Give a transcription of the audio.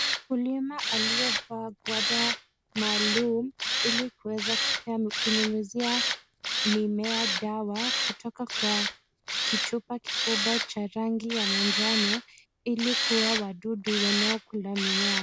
Mkulima aliyevaa gwada maalum ilikuweza kunyunyizia mimea dawa kutoka kwa kichupa kikubwa cha rangi ya manjano ili kuua wadudu wanaokula mimea.